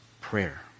prayer